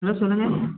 hello சொல்லுங்கள்